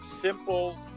simple